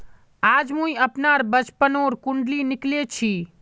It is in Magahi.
आज मुई अपनार बचपनोर कुण्डली निकली छी